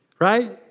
right